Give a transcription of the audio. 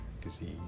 disease